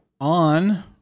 on